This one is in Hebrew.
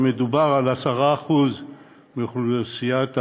מדובר על 10% מאוכלוסיית האלצהיימר,